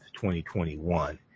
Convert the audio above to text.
2021